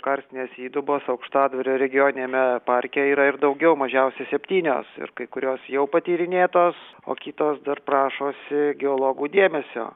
karstinės įdubos aukštadvario regioniniame parke yra ir daugiau mažiausiai septynios ir kai kurios jau patyrinėtos o kitos dar prašosi geologų dėmesio